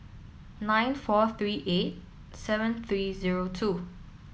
nine four three eight seven three zero two